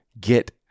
get